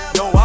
no